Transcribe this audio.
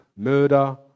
murder